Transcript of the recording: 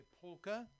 polka